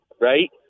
right